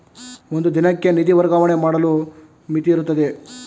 ಒಂದು ದಿನಕ್ಕೆ ನಿಧಿ ವರ್ಗಾವಣೆ ಮಾಡಲು ಮಿತಿಯಿರುತ್ತದೆಯೇ?